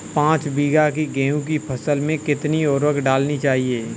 पाँच बीघा की गेहूँ की फसल में कितनी उर्वरक डालनी चाहिए?